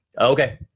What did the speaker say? okay